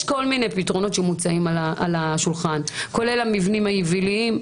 יש כל מיני פתרונות שמוצעים על השולחן כולל המבנים היבילים.